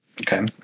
Okay